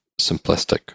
simplistic